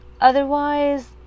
otherwise